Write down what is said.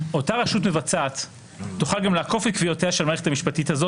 אותה רשות מבצעת תוכל גם לעקוף את קביעותיה של המערכת המשפטית הזו,